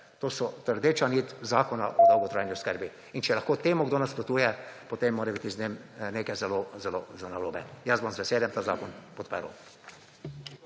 To so rdeča nit Zakona o dolgotrajni oskrbi. Če lahko temu kdo nasprotuje, potem mora biti z njim nekaj zelo zelo narobe. Jaz bom z veseljem ta zakon podprl.